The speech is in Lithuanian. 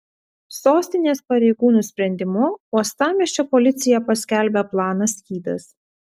sostinės pareigūnų sprendimu uostamiesčio policija paskelbė planą skydas